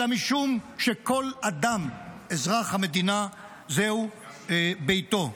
אלא משום שכל אדם, אזרח המדינה, זהו ביתו.